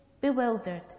bewildered